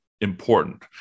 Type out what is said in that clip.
important